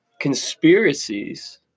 conspiracies